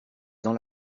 dans